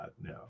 no